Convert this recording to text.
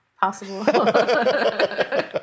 possible